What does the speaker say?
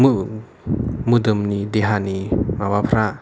मोदोमनि देहानि माबाफ्रा